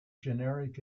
generic